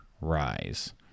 rise